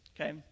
okay